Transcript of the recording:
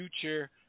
future